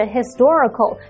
Historical